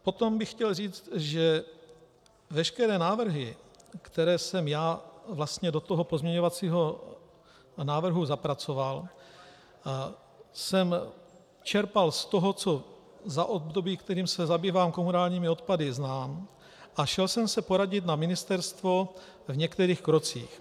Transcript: Potom bych chtěl říct, že veškeré návrhy, které jsem vlastně do pozměňovacího návrhu zapracoval, jsem čerpal z toho, co za období, kterým se zabývám komunálními odpady, znám, a šel jsem se poradit na ministerstvo o některých krocích.